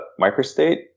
microstate